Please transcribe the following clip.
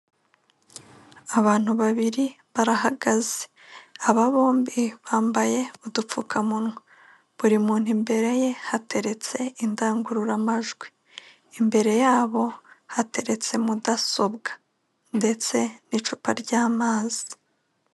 Abantu babiri barahagaze, aba bombi bambaye udupfukamunwa, buri muntu imbere ye hateretse indangururamajwi, imbere yabo hateretse mudasobwa ndetse n'icupa ry'amazi.